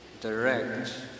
direct